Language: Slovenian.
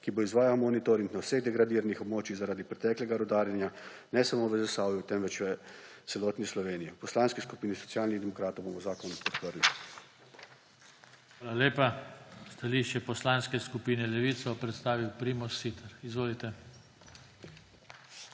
ki bo izvajalo monitoring na vseh degradiranih območjih zaradi preteklega rudarjenja, ne samo v Zasavju, temveč v celotni Sloveniji. V Poslanski skupini Socialnih demokratov bomo zakon podprli. **PODPREDSEDNIK JOŽE TANKO:** Hvala lepa. Stališče Poslanske skupine Levica bo predstavil Primož Siter. Izvolite.